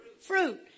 fruit